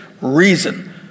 reason